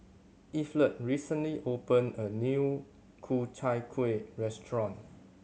Evette recently opened a new Ku Chai Kuih restaurant